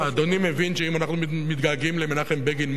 אדוני מבין שאם אנחנו מתגעגעים למנחם בגין,